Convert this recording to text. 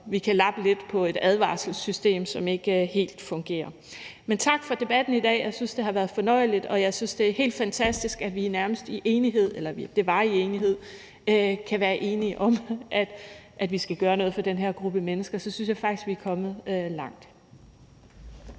vi kan lappe lidt på et advarselssystem, som ikke helt fungerer. Men tak for debatten i dag. Jeg synes, det har været fornøjeligt, og jeg synes, det er helt fantastisk, at vi i enighed er nået frem til, at vi skal gøre noget for den her gruppe mennesker. Så jeg synes faktisk, at vi er kommet langt.